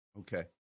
Okay